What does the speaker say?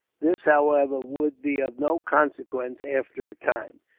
this, however, would be of no consequence, after a time.